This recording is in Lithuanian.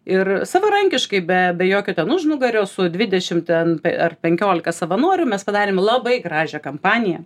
ir savarankiškai be be jokio ten užnugario su dvidešim ten ar penkiolika savanorių mes padarėm labai gražią kampaniją